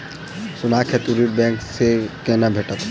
सोनाक हेतु ऋण बैंक सँ केना भेटत?